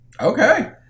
Okay